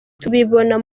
tubibona